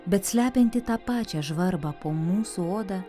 bet slepianti tą pačią žvarbą po mūsų oda